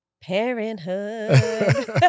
Parenthood